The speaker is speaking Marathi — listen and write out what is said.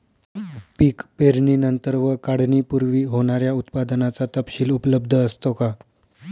पीक पेरणीनंतर व काढणीपूर्वी होणाऱ्या उत्पादनाचा तपशील उपलब्ध असतो का?